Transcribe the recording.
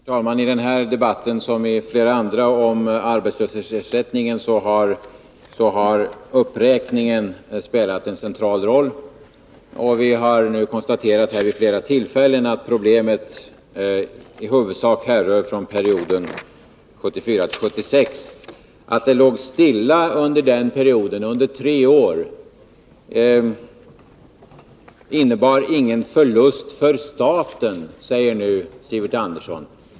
Herr talman! I den här debatten, som i flera andra om arbetslöshetsersättning, har uppräkningen spelat en central roll. Vi har nu vid flera tillfällen konstaterat att problemet i huvudsak härrör från perioden 1974-1976. Att den låg stilla under den perioden, under tre år, innebar ingen förlust för staten, säger nu Sivert Andersson.